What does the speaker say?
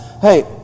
hey